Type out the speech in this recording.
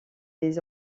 des